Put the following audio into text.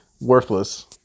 worthless